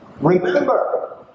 Remember